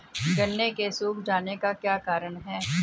गन्ने के सूख जाने का क्या कारण है?